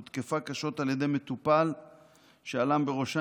היא הותקפה קשות על ידי מטופל שהלם בראשה